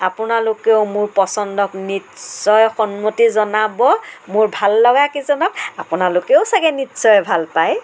আপোনালোকেও মোৰ পচন্দক নিশ্চয় সন্মতি জনাব মোৰ ভাল লগা কেইজনাক আপোনালোকেও চাগে নিশ্চয় ভাল পায়